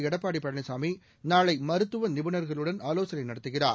எடப்பாடி பழனிசாமி நாளை மருத்துவ நிபுணர்களுடன் ஆலோசனை நடத்துகிறார்